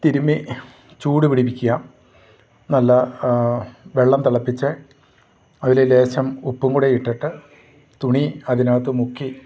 തിരുമ്മി ചൂട് പിടിപ്പിക്കുക നല്ല വെള്ളം തിളപ്പിച്ച് അതിൽ ലേശം ഉപ്പും കൂടെ ഇട്ടിട്ട് തുണി അതിനകത്ത് മുക്കി